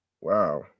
wow